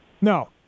No